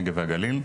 הנגב והגליל,